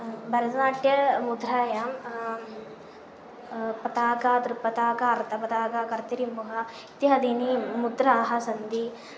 भरतनाट्यमुद्रायां पताक त्रिपताक अर्तपतागा कर्तिरिमुह इत्यादीनि मुद्राणि सन्ति